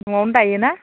न'आवनो दायो ना